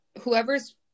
whoever's